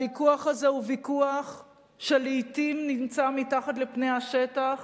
והוויכוח הזה הוא ויכוח שלעתים נמצא מתחת לפני השטח,